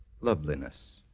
loveliness